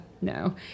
No